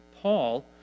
Paul